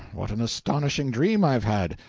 what an astonishing dream i've had!